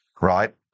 Right